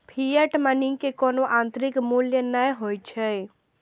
fiat money के कोनो आंतरिक मूल्य नै होइ छै